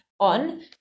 on